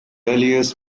earliest